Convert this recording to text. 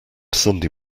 sunday